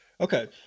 Okay